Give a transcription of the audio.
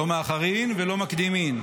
לא מאחרין ולא מקדימין.